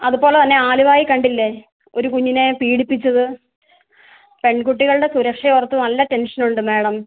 അതുപോലെതന്നെ ആലുവയിൽ കണ്ടില്ലേ ഒരു കുഞ്ഞിനെ പീഡിപ്പിച്ചത് പെൺകുട്ടികളുടെ സുരക്ഷയോർത്ത് നല്ല ടെൻഷനുണ്ട് മാഡം